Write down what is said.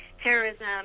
terrorism